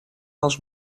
als